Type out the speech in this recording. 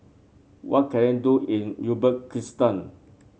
what can I do in Uzbekistan